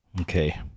Okay